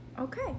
Okay